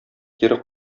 кире